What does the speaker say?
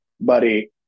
buddy